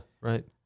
right